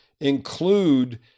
include